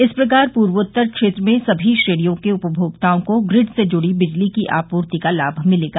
इस प्रकार पूर्वोत्तर क्षेत्र में समी श्रेणियों के उपमोक्ताओं को ग्रिड से जुड़ी बिजली की आपूर्ति का लाम मिलेगा